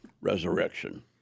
resurrection